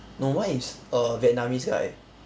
no mine is a vietnamese guy